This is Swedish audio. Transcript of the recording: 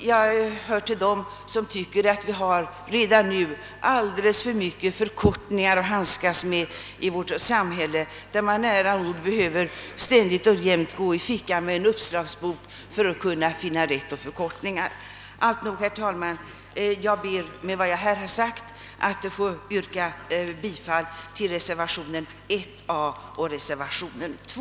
Jag hör till dem som tycker att vi redan nu har alldeles för många förkortningar i vårt samhälle, där man nära nog behöver ha en uppslagsbok i fickan för att söka utröna förkortningarnas innebörd. Herr talman! Jag ber att med vad jag har sagt få yrka bifall till reservationen 1 a och reservationen 2.